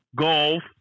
golf